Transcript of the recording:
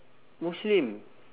muslim